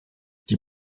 die